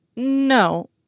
No